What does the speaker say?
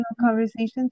conversations